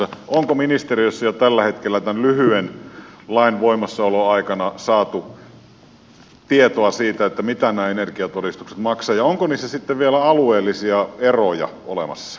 onko ministeriössä jo tällä hetkellä tämän lyhyen lain voimassaoloaikana saatu tietoa siitä mitä nämä energiatodistukset maksavat ja onko niissä sitten vielä alueellisia eroja olemassa